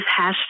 hashtag